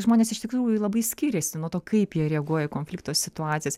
žmonės iš tikrųjų labai skiriasi nuo to kaip jie reaguoja į konflikto situacijas